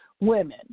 women